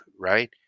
right